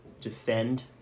defend